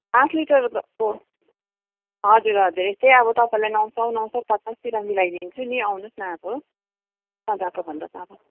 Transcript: आठ लिटरको हजुर हजुर यस्तै अब तपाईँलाई नौ सौ नौ सौ पचासतिर मिलाइदिन्छु नि आउनुहोस् न अब सदाको भन्दा त अब